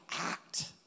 act